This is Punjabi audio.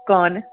ਕੌਣ